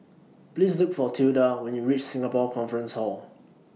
Please Look For Tilda when YOU REACH Singapore Conference Hall